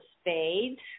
spades